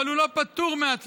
אבל הוא לא פטור מהצבא.